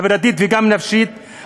חברתית וגם נפשית,